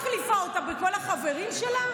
אבל מה את מחליפה אותה בכל החברים שלה?